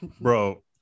bro